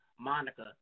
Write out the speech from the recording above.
Monica